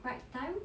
right time